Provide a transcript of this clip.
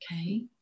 okay